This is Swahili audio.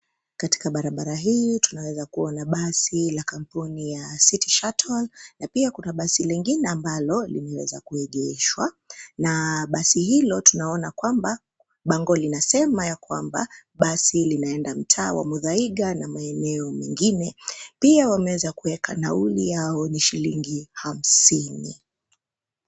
Katika barabara hii, tunaweza kuona basi la kampuni ya City Shuttle na pia kuna basi lingine ambalo, limeweza kuegeshwa na basi hilo tunaona kwamba, bango linasema ya kwamba, basi linaenda mtaa wa Muthaiga na maeneo mengine. Pia wameweza kuweka nauli yao ni shillingi hamsini.